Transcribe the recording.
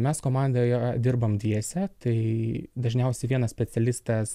mes komandoje dirbam dviese tai dažniausiai vienas specialistas